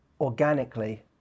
organically